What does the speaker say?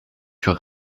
sur